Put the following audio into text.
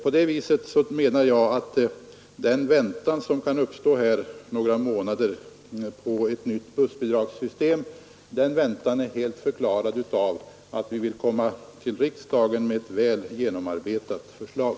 Jag menar att den väntan som kan uppstå under några månader på ett nytt bussbidragssystem är helt förklarad av att vi vill komma till riksdagen med ett väl genomarbetat förslag.